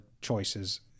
choices